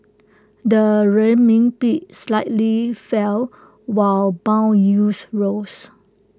the Renminbi slightly fell while Bond yields rose